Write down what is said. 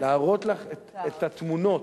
להראות לך את התמונות,